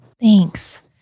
thanks